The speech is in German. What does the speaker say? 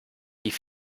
die